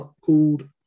called